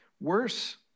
Worse